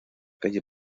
calle